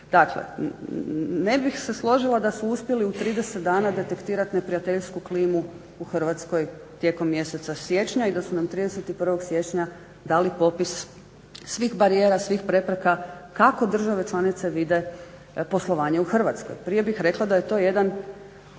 Dakle, ne bih se složila da su uspjeli u 30 dana detektirat neprijateljsku klimu u Hrvatskoj tijekom mjeseca siječnja i da su nam 31. siječnja dali popis svih barijera, svih prepreka kako države članice vide poslovanje u Hrvatskoj. Prije bih rekla da je to jedan